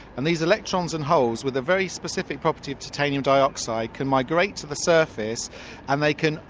and these electrons and holes, with a very specific property of titanium dioxide, can migrate to the surface and they can.